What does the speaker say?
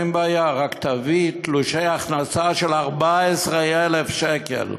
אין בעיה, רק תביא תלושי הכנסה של 14,000 שקל.